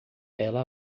ela